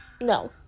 No